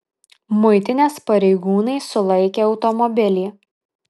muitinės pareigūnai sulaikė automobilį